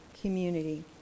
community